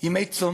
ימי צום,